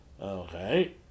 Okay